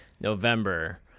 November